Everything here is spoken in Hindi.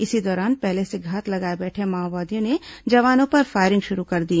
इसी दौरान पहले से घात लगाए बैठे माओवादियों ने जवानों पर फायरिंग शुरू कर दी